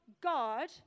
God